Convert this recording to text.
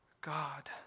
God